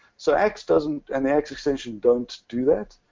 so axe doesn't, and the axe extensions don't do that.